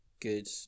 good